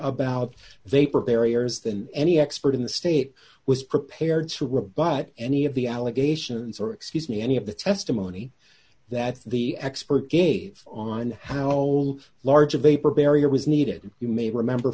about vapor barriers than any expert in the state was prepared to rebut any of the allegations or excuse me any of the testimony that the expert gave on how large a vapor barrier was needed you may remember